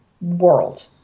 world